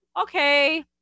okay